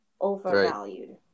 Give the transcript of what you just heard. overvalued